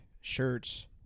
shirts